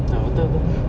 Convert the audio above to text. uh betul betul